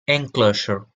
enclosure